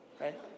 right